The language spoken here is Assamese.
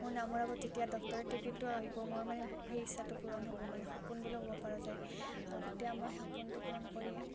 মোৰ নামৰ আগতে যেতিয়া ডক্তৰেট ডিগ্ৰীটো আহিব মই মানে সেই ইচ্ছাটো পূৰণ হ'ব মানে সপোন বুলিও ক'ব পৰা যায় আৰু যেতিয়া মই সপোনটো পূৰণ কৰি